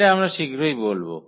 এটা আমরা শীঘ্রই বলব